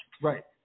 Right